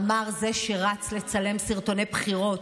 אמר זה שרץ לצלם סרטוני בחירות.